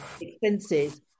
expenses